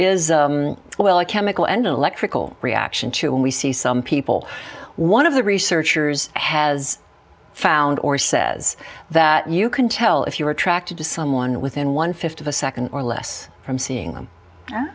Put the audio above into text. is well a chemical and electrical reaction to when we see some people one of the researchers has found or says that you can tell if you are attracted to someone within one fifth of a second or less from seeing them